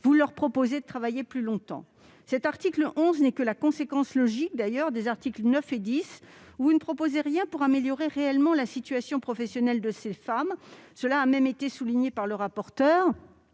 vous leur proposez de travailler plus longtemps. Cet article 11 n'est d'ailleurs que la conséquence logique des articles 9 et 10, dans lesquels vous ne proposez rien pour améliorer réellement la situation professionnelle de ces femmes. Cela a même été souligné par le rapporteur